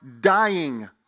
dying